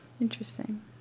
Interesting